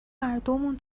هردومون